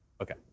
Okay